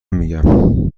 میگم